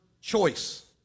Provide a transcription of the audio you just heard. choice